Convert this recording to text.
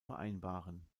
vereinbaren